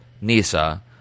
Nisa